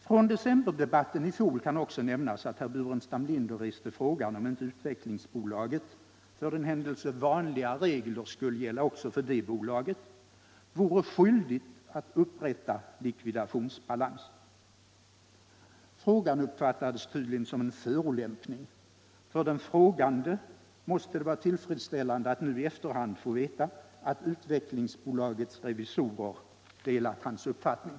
Från decemberdebatten i fjol kan också nämnas att herr Burenstam Linder reste frågan om inte Svenska Utvecklingsaktiebolaget, för den händelse vanliga regler skulle gälla också för deua. vore skyldigt att upprätta likvidationsbalans. Frågan uppfattades tydligen som en förolämpning. För den frågande måste det vara tillfredsställande att nu i efterhand få veta att Svenska Utvecklingsbolagets revisorer delade hans uppfattning.